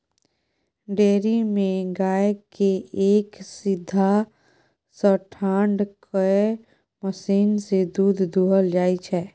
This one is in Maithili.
डेयरी मे गाय केँ एक सीधहा सँ ठाढ़ कए मशीन सँ दुध दुहल जाइ छै